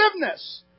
forgiveness